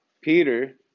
Peter